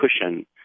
cushion